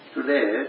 Today